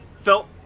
felt